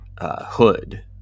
Hood